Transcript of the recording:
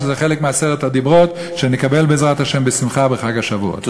שזה חלק מעשרת הדיברות שנקבל בעזרת השם בשמחה בחג השבועות.